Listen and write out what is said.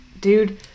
Dude